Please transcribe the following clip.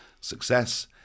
Success